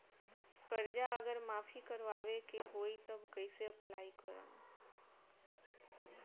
कर्जा अगर माफी करवावे के होई तब कैसे अप्लाई करम?